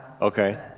okay